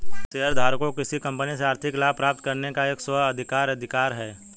शेयरधारकों को किसी कंपनी से आर्थिक लाभ प्राप्त करने का एक स्व अधिकार अधिकार है